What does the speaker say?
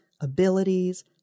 abilities